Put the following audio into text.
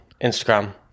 Instagram